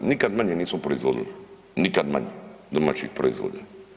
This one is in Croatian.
Nikad manje nismo proizvodili, nikad manje domaćih proizvoda.